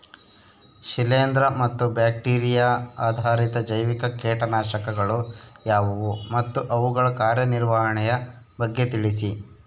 ಶಿಲೇಂದ್ರ ಮತ್ತು ಬ್ಯಾಕ್ಟಿರಿಯಾ ಆಧಾರಿತ ಜೈವಿಕ ಕೇಟನಾಶಕಗಳು ಯಾವುವು ಮತ್ತು ಅವುಗಳ ಕಾರ್ಯನಿರ್ವಹಣೆಯ ಬಗ್ಗೆ ತಿಳಿಸಿ?